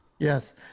Yes